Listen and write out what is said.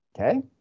Okay